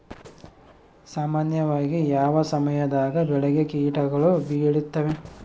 ಸಾಮಾನ್ಯವಾಗಿ ಯಾವ ಸಮಯದಾಗ ಬೆಳೆಗೆ ಕೇಟಗಳು ಬೇಳುತ್ತವೆ?